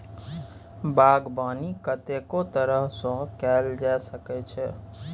बागबानी कतेको तरह सँ कएल जा सकै छै